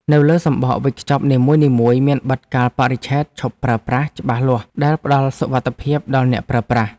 នៅលើសំបកវេចខ្ចប់នីមួយៗមានបិទកាលបរិច្ឆេទឈប់ប្រើប្រាស់ច្បាស់លាស់ដែលផ្ដល់សុវត្ថិភាពដល់អ្នកប្រើប្រាស់។